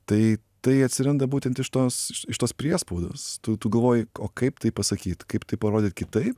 tai tai atsiranda būtent iš tos iš tos priespaudos tu tu galvoji o kaip tai pasakyt kaip tai parodyt kitaip